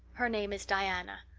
her name is diana.